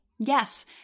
Yes